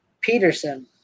Peterson